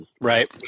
Right